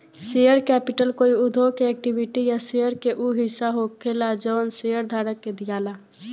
share capital कोई उद्योग के इक्विटी या शेयर के उ हिस्सा होला जवन शेयरधारक के दियाला